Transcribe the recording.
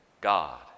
God